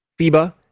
FIBA